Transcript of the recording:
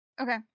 Okay